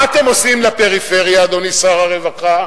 מה אתם עושים לפריפריה, אדוני שר הרווחה?